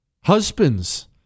Husbands